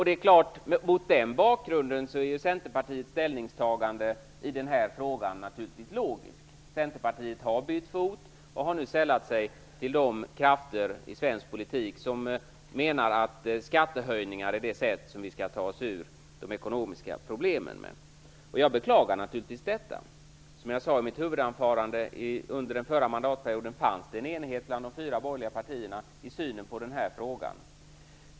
Det är klart att mot den bakgrunden är ju Centerpartiets ställningstagande i denna fråga naturligtvis logisk. Centerpartiet har bytt fot och har nu sällat sig till de krafter i svensk politik som menar att skattehöjningar är det sätt som skall användas för att ta oss ur de ekonomiska problemen. Jag beklagar naturligtvis detta. Som jag sade i mitt huvudanförande fanns det under den förra mandatperioden en enighet bland de fyra borgerliga partierna i synen på denna fråga.